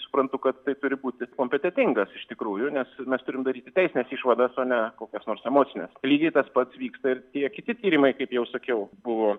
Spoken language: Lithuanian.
suprantu kad tai turi būti kompetentingas iš tikrųjų nes mes turim daryti teisines išvadas o ne kokias nors emocines lygiai tas pat vyksta ir tie kiti tyrimai kaip jau sakiau buvo